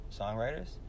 songwriters